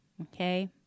okay